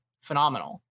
phenomenal